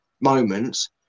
moments